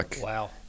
Wow